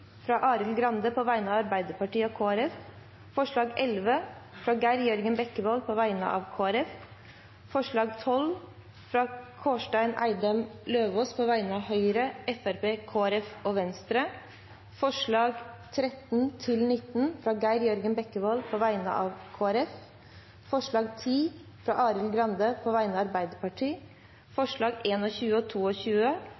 fra Arild Grande på vegne av Arbeiderpartiet og Kristelig Folkeparti forslag nr. 11, fra Geir Jørgen Bekkevold på vegne av Kristelig Folkeparti forslag nr. 12, fra Kårstein Eidem Løvaas på vegne av Høyre, Fremskrittspartiet, Kristelig Folkeparti og Venstre forslagene nr. 13–19, fra Geir Jørgen Bekkevold på vegne av Kristelig Folkeparti forslag nr. 20, fra Arild Grande på vegne av